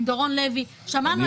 עם דורון לוי ושמענו את הדברים.